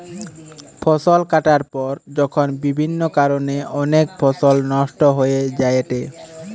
ফসল কাটার পর যখন বিভিন্ন কারণে অনেক ফসল নষ্ট হয়ে যায়েটে